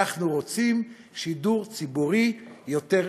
אנחנו רוצים שידור ציבורי יותר חזק".